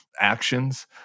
actions